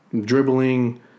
dribbling